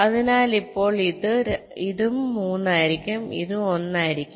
അതിനാൽ ഇപ്പോൾ ഇതും 3 ആയിരിക്കും ഇതും 1 ആയിരിക്കും